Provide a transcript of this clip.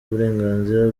uburenganzira